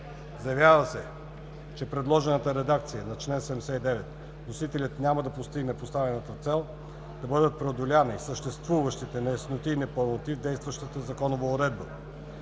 Заявява се, че с предложената редакция на чл. 79 вносителят няма да постигне поставената цел да бъдат преодолени съществуващите неясноти и непълноти в действащата законова уредба.